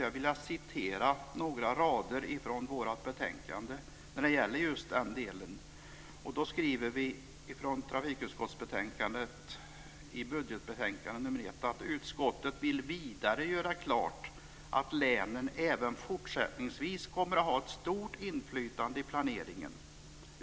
Jag vill citera några rader från trafikutskottets betänkande nr 2 i just denna del: "Utskottet vill vidare göra klart att länen även fortsättningsvis kommer att ha ett stort inflytande i planeringen.